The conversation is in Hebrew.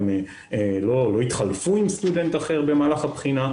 לא יתחלפו עם סטודנט אחר במהלך הבחינה,